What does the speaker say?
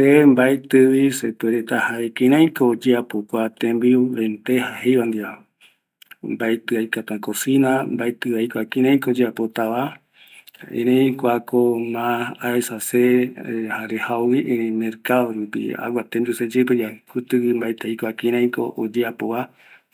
Se mbaetɨta jae kiraiko oyeapo kua tembiu lenteja jeiva, mbaetɨ aikatu acocina, mbaetɨvi aikatu kiraitako oyeapotava, se aesa, jare jau mercado rupi, agua seyeɨpeyave, kutɨgui mbaetɨ aikua kiraiko oyeapova,